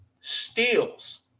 steals